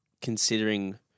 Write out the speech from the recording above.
considering